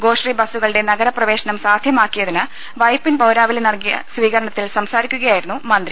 ഗോശ്രീ ബസുകളുടെ നഗര പ്രവേശനം സാധ്യ മാക്കിയതിന് വൈപ്പിൻ പൌരാവലി നൽകിയ സ്വീകരണത്തിൽ സംസാരി ക്കുകയായിരുന്നു മന്ത്രി